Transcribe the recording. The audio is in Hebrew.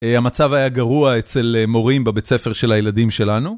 המצב היה גרוע אצל מורים בבית ספר של הילדים שלנו.